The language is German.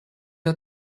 der